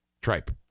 tripe